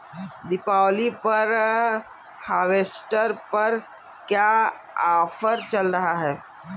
दीपावली पर हार्वेस्टर पर क्या ऑफर चल रहा है?